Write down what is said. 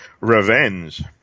revenge